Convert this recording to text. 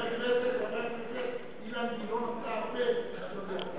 חבר הכנסת אילן גילאון עשה הרבה נכים.